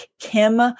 Kim